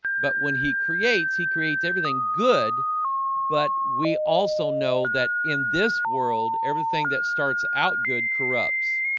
but when he creates he creates everything good but we also know that in this world everything that starts out good corrupts